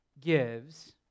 gives